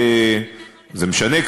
זה משנה,